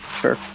Sure